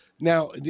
now